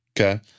Okay